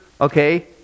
Okay